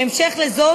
בהמשך לזאת,